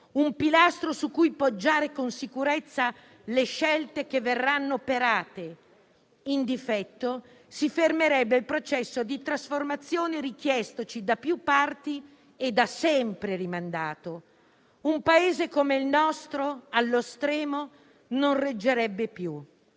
un pilastro su cui poggiare con sicurezza le scelte che verranno operate. In difetto, si fermerebbe il processo di trasformazione richiestoci da più parti e da sempre rimandato. Un Paese come il nostro, allo stremo, non reggerebbe più.